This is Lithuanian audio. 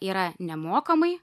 yra nemokamai